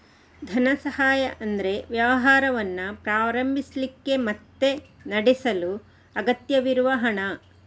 ಧನ ಸಹಾಯ ಅಂದ್ರೆ ವ್ಯವಹಾರವನ್ನ ಪ್ರಾರಂಭಿಸ್ಲಿಕ್ಕೆ ಮತ್ತೆ ನಡೆಸಲು ಅಗತ್ಯವಿರುವ ಹಣ